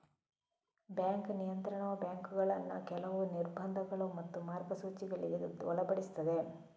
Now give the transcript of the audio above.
bank ನಿಯಂತ್ರಣವು ಬ್ಯಾಂಕುಗಳನ್ನ ಕೆಲವು ನಿರ್ಬಂಧಗಳು ಮತ್ತು ಮಾರ್ಗಸೂಚಿಗಳಿಗೆ ಒಳಪಡಿಸ್ತದೆ